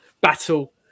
battle